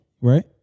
right